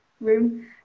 room